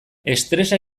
estresa